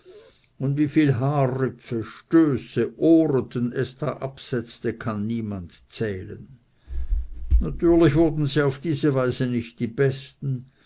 und wie viel haarrüpfe stöße ohreten es da absetzte kann niemand zählen natürlich wurden sie auf diese weise nicht die besten